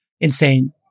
insane